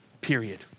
period